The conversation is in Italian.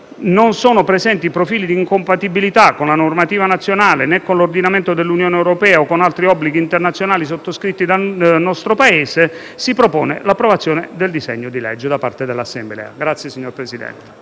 non sono presenti profili di incompatibilità con la normativa nazionale, né con l'ordinamento dell'Unione europea o con altri obblighi internazionali sottoscritti dal nostro Paese, si propone l'approvazione del disegno di legge da parte dell'Assemblea. *(Applausi dai